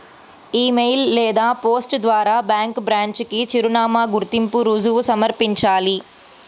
ఇ email post ద్వారా bank branch కి చిరునామా, గుర్తింపు రుజువు సమర్పించాలి